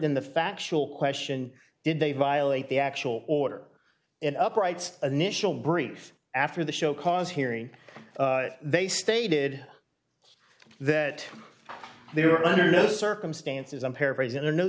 than the factual question did they violate the actual order and up rights initial brief after the show cause hearing they stated that they were under no circumstances i'm paraphrasing there no